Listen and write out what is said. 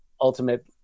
ultimate